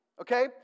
okay